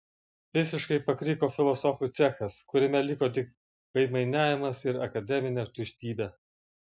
visiškai pakriko filosofų cechas kuriame liko tik veidmainiavimas ir akademinė tuštybė